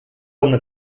una